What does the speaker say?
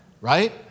right